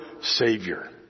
Savior